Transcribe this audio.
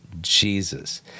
Jesus